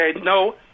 No